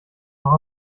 noch